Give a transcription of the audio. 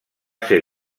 ser